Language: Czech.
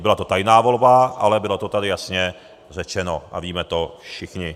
Byla to tajná volba, ale bylo to tady jasně řečeno a víme to všichni.